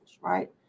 right